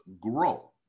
grow